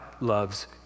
loves